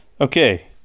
okay